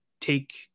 take